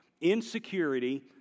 insecurity